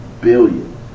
billion